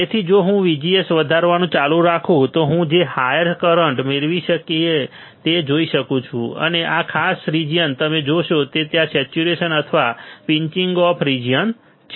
તેથી જો હું VGS વધારવાનું ચાલુ રાખું તો હું જે હાયર કરંટ મેળવી શકીએ તે જોઈ શકું છું અને આ ખાસ રીજીયન તમે જોશો કે ત્યાં સેચ્યુરેશન અથવા પિંચિંગ ઑફ રીજીયન છે